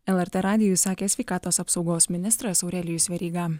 lrt radijui sakė sveikatos apsaugos ministras aurelijus veryga